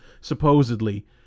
supposedly